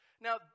Now